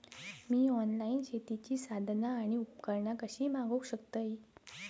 मी online शेतीची साधना आणि उपकरणा कशी मागव शकतय?